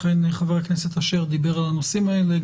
חבר הכנסת אשר אכן דיבר על הנושאים האלה.